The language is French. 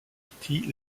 petit